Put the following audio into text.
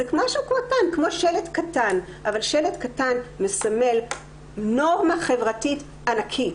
רק שלט קטן אבל שלט קטן מסמל נורמה חברתית ענקית.